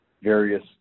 various